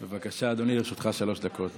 בבקשה, אדוני, לרשותך שלוש דקות.